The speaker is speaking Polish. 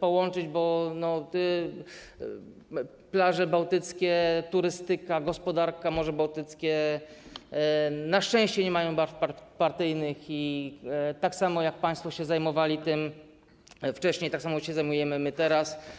połączyć, bo plaże bałtyckie, turystyka, gospodarka, Morze Bałtyckie na szczęście nie mają barw partyjnych i tak samo jak państwo się zajmowali tym wcześniej, tak samo my się zajmujemy teraz.